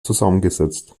zusammengesetzt